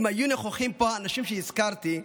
אם היו נוכחים פה האנשים שהזכרתי,